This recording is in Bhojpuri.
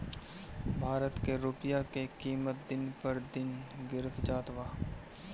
भारत के रूपया के किमत दिन पर दिन गिरत जात बा